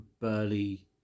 burly